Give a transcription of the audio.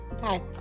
Bye